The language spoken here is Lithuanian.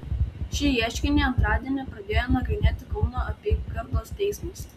šį ieškinį antradienį pradėjo nagrinėti kauno apygardos teismas